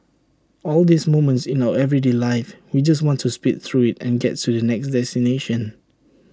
all these moments in our everyday life we just want to speed through IT and get to the next destination